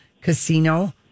casino